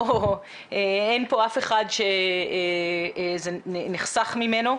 אין פה אף אחד שזה נחסך ממנו.